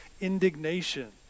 indignation